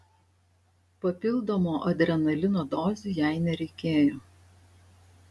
papildomų adrenalino dozių jai nereikėjo